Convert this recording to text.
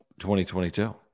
2022